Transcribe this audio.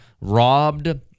robbed